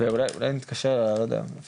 אולי אני אתקשר לנציגת מקורות,